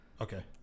Okay